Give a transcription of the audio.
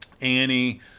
Annie